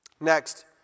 Next